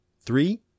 Three